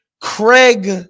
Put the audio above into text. craig